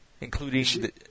Including